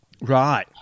Right